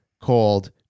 called